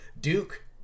Duke